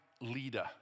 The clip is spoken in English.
leader